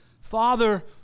Father